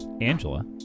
Angela